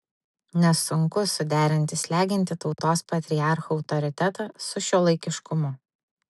nes sunku suderinti slegiantį tautos patriarcho autoritetą su šiuolaikiškumu